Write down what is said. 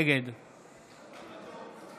נגד